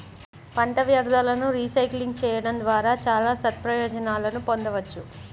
పంట వ్యర్థాలను రీసైక్లింగ్ చేయడం ద్వారా చాలా సత్ప్రయోజనాలను పొందవచ్చు